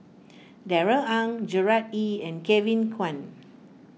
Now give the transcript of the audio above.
Darrell Ang Gerard Ee and Kevin Kwan